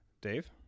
Dave